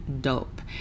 dope